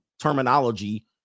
terminology